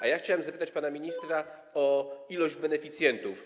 A ja chciałem zapytać pana ministra o ilość beneficjentów.